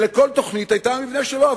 ולכל תוכנית היה המבנה שלה,